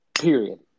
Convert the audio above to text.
Period